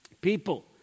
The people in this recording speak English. people